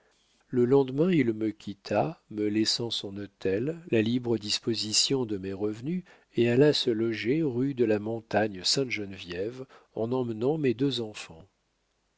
le lendemain il me quitta me laissant son hôtel la libre disposition de mes revenus et alla se loger rue de la montagne sainte geneviève en emmenant mes deux enfants